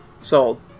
Sold